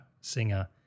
singer